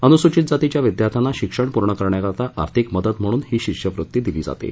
अनुसूचित जातीच्या विद्यार्थ्यांना शिक्षण पूर्ण करण्याकरता आर्थिक मदत म्हणून ही शिष्यवृत्ती दिली जाते